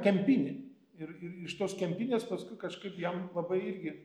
kempinė ir ir iš tos kempinės paskui kažkaip jam labai irgi